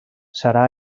serà